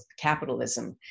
capitalism